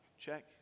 Check